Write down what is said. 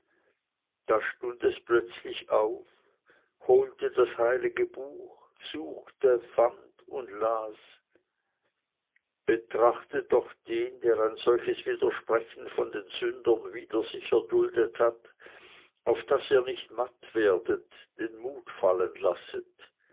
da stund es plötzlich auf holte das heilige buch suchte fand und las betrachtet doch den der ein solches widersprechen von den sündern wider sich erduldet hat auf daß ihr nicht matt werdet den mut fallen lasset